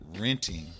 renting